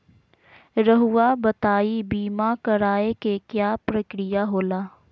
रहुआ बताइं बीमा कराए के क्या प्रक्रिया होला?